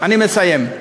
אני מסיים.